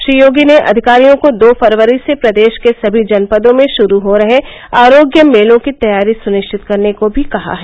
श्री योगी ने अधिकारियों को दो फरवरी से प्रदेश के सभी जनपदों में ग्रुरू हो रहे आरोग्य मेलों की तैयारी सुनिश्चित करने को भी कहा है